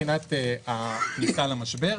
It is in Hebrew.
מבחינת הכניסה למשבר.